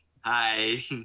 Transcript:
hi